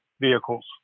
vehicles